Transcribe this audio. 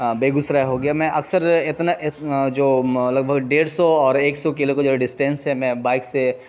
Bigo سرائے ہو گیا میں اکثر اتنا جو لگ بھگ ڈیڑھ سو اور ایک سو کلو کا جو ڈسٹینس ہے میں بائک سے